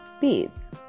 beads